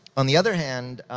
on the other hand,